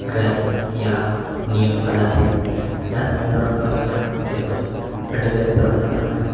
ᱨᱟᱭ ᱭᱟ ᱱᱤᱭᱚᱢ ᱟᱫᱷᱟᱨᱛᱮ ᱡᱟᱦᱟᱸ ᱛᱤᱱᱟᱹᱜ ᱫᱷᱚᱨᱚᱢ ᱛᱟᱵᱚᱱ ᱢᱮᱱᱟᱜᱼᱟ ᱡᱚᱛᱚᱜᱮ ᱟᱹᱰᱤ ᱵᱮᱥ ᱫᱷᱚᱨᱚᱢ ᱠᱟᱱ ᱛᱟᱵᱚᱱᱟ